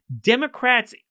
Democrats